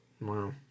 Wow